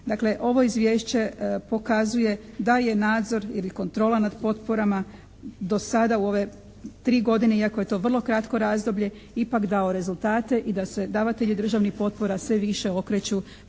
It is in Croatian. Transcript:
Dakle, ovo izvješće pokazuje da je nadzor ili kontrola nad potporama do sada u ove tri godine iako je to vrlo kratko razdoblje ipak dao rezultate i da se davatelji državnih potpora sve više okreću